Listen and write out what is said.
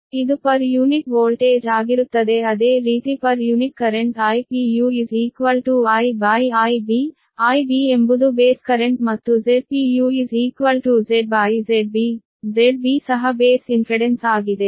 ಇದು ಪ್ರತಿ unit voltage ಆಗಿರುತ್ತದೆ ಅದೇ ರೀತಿ ಪ್ರತಿ ಯುನಿಟ್ ಕರೆಂಟ್ Ipu IIBIB ಎಂಬುದು ಬೇಸ್ ಕರೆಂಟ್ ಮತ್ತು Zpu ZZB ZBಸಹ ಬೇಸ್ ಇಂಫೆಡೆನ್ಸ್ ಆಗಿದೆ